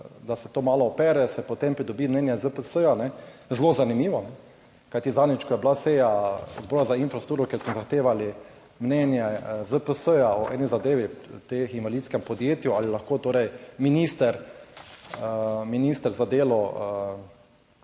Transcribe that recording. da se to malo opere, se potem pridobi mnenje ZPS, zelo zanimivo, kajti zadnjič, ko je bila seja Odbora za infrastrukturo, kjer smo zahtevali mnenje ZPS o eni zadevi, tem invalidskem podjetju, ali lahko torej minister za delo